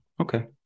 okay